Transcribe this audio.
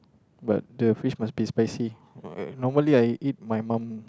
but the fish must be spicy normally I eat my mom